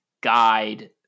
guide